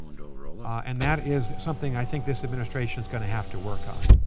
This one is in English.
and that is something i think this administration is going to have to work on.